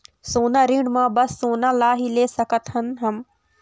सोना ऋण मा बस सोना ला ही ले सकत हन हम?